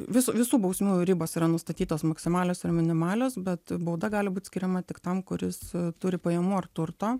vis visų bausmių ribos yra nustatytos maksimalios ar minimalios bet bauda gali būt skiriama tik tam kuris turi pajamų ar turto